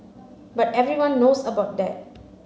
but everyone knows about that